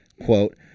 Quote